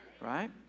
right